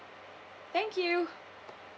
thank you